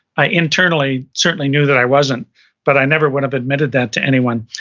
i internally certainly knew that i wasn't but i never would have admitted that to anyone.